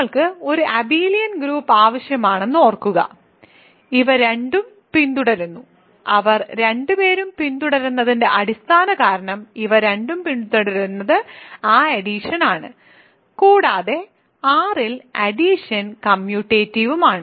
നമ്മൾക്ക് ഒരു abelian group ആവശ്യമാണെന്ന് ഓർക്കുക ഇവ രണ്ടും പിന്തുടരുന്നു അവർ രണ്ടുപേരും പിന്തുടരുന്നതിന്റെ അടിസ്ഥാന കാരണം ഇവ രണ്ടും പിന്തുടരുന്നത് ആ അഡിഷൻ ആണ് കൂടാതെ R ൽ അഡിഷൻ കമ്മ്യൂട്ടേറ്റീവുമാണ്